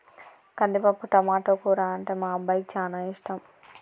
కందిపప్పు టమాటో కూర అంటే మా అబ్బాయికి చానా ఇష్టం